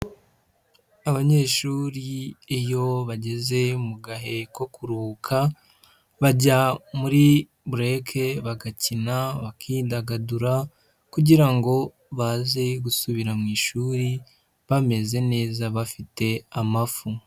Abanyeshuri iyo bageze mu gahe ko kuruhuka, bajya muri break bagakina, bakidagadura kugira ngo baze gusubira mwishuri bameze neza bafite amafu.